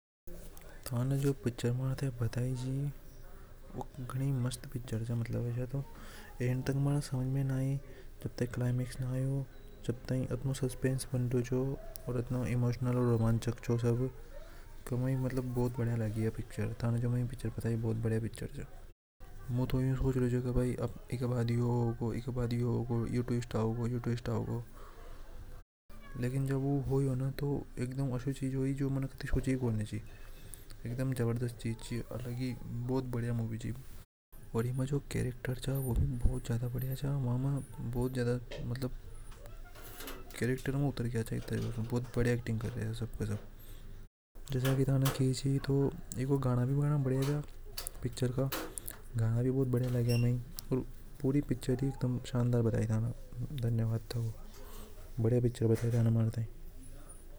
थाने जो मै पिक्चर बताई व गनी अच्छी पिक्चर च एंड तक मेंने समझ में नि आइ जन तक क्लाइमेक्स न आयो। जब तक अतनु सस्पेंस बन रायो च की में बहुत बढ़िया लगी या पिक्चर जो मै पिक्चर बताई व बहुत बढ़िया पिचर चूमा तो यो सोच रायो तो की एक। के बाद यो होवेगो यो हाइवेगो यो ट्विस्ट होवेगो यो होवेगो लेकिन जब वो होया न तो व चीज ही जो मैने कड़ी सोची नि चि एक दम जबर दस्त चीज चि मतलब। बहुत बढ़िया पिक्चर छ मतलब एक दम कैरेक्टर में उतर गया भूत बढ़िया एक्टिंग कर राय च अब के सब तो एक गाना भी गाना बढ़िया च पिक्चर का भूत बढ़िया लगाया मै पूरी पिचर ही शानदार लगी मै धन्यवाद थको बहुत बढ़िया लगनी मै ई ।